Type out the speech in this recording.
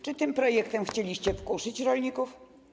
Czy tym projektem chcieliście wkurzyć rolników?